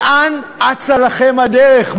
לאן אצה לכם הדרך?